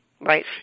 right